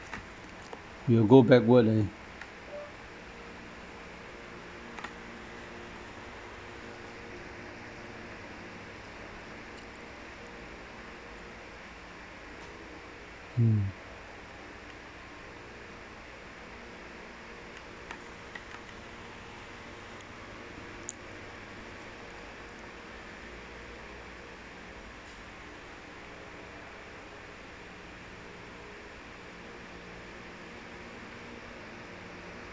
we'll go backward leh mm